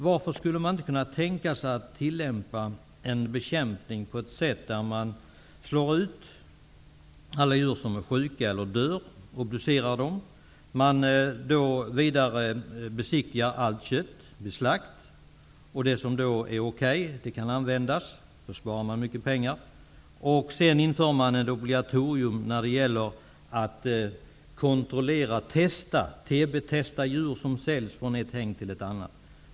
Varför kan man inte tänka sig att tillämpa en bekämpning på ett sådant sätt att man slår ut alla djur som är sjuka eller som dör, obducerar dem, besiktigar allt kött vid slakt och använder det som är okej, eftersom man då spar mycket pengar? Sedan kan man införa ett obligatorium när det gäller att tb-testa djur som säljs från ett hägn till ett annat.